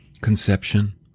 conception